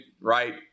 right